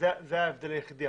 ההבדל היחידי.